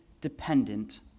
dependent